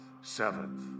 seventh